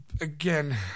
Again